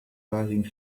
rising